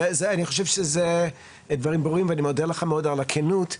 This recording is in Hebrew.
אני חושב שזה דברים ברורים ואני מודה לך מאוד על הכנות.